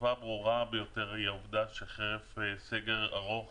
התופעה הברורה ביותר היא העובדה שחרף סגר ארוך